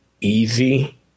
easy